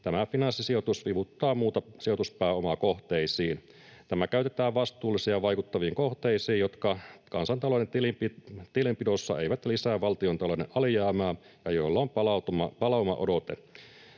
Tämä finanssisijoitus vivuttaa muuta sijoituspääomaa kohteisiin. Tämä käytetään vastuullisiin ja vaikuttaviin kohteisiin, jotka kansantalouden tilinpidossa eivät lisää valtiontalouden alijäämää ja joilla on palaumaodotetta.